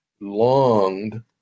longed